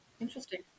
Interesting